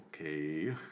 okay